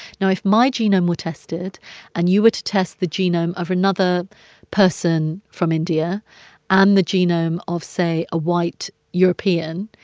now, if my genome were tested and you were to test the genome of another person from india and the genome of, say, a white european,